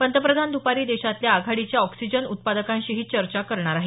पंतप्रधान दुपारी देशातल्या आघाडीच्या ऑक्सिजन उत्पादकांशीही चर्चा करणार आहेत